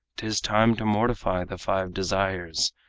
tis time to mortify the five desires,